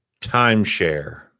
Timeshare